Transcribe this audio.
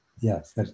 yes